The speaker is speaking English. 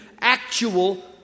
actual